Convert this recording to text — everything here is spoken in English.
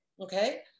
Okay